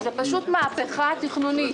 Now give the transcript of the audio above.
שאלו אותה על התכנון והיא עונה.